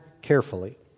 carefully